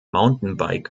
mountainbike